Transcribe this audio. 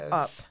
up